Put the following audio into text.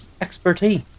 expertise